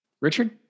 Richard